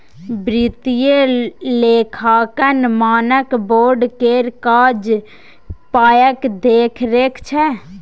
वित्तीय लेखांकन मानक बोर्ड केर काज पायक देखरेख छै